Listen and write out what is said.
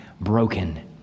broken